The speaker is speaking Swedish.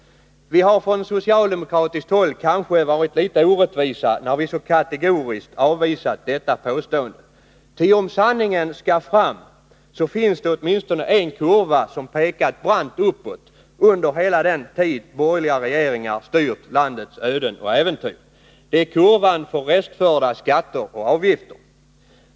Vi har från socialdemokratiskt håll kanske varit litet orättvisa, när vi så kategoriskt avvisat detta påstående. Ty om sanningen skall fram, finns det åtminstone en kurva, som har pekat brant uppåt under hela den tid borgerliga regeringar styrt landets öden och äventyr. Det är kurvan för restförda skatter och avgifter.